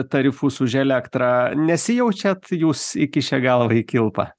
tarifus už elektrą nesijaučiat jūs įkišę galvą į kilpą